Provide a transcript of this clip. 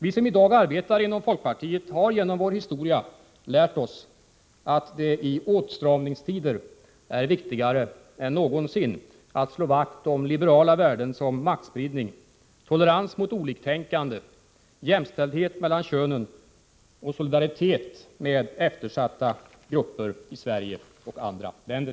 Vi som i dag arbetar inom folkpartiet har genom vår historia lärt oss att det i åtstramningstider är viktigare än någonsin att slå vakt om liberala värden som maktspridning, tolerans mot oliktänkande, jämställdhet mellan könen och solidaritet med eftersatta grupper i Sverige och andra länder.